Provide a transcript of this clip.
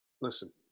listen